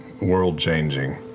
world-changing